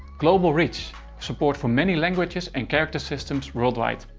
global reach support for many languages and character systems worldwide.